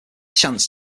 chance